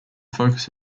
focus